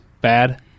bad